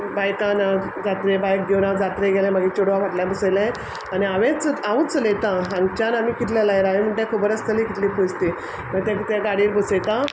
बायकान हांव जात्रे बायक घेवन हांव जात्रे गेलें मागे चेडवा फाटल्यान बसयलें आनी हांवेंच हांवूच चलयता हांगच्यान आमी कितले लैराई म्हणट खबर आसतली कितली पयस ती माय तेक ते गाडयेर बसयता